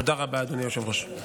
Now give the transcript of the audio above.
תודה רבה, אדוני היושב-ראש.